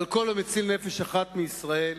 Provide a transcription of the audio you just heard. על "כל המציל נפש אחת מישראל".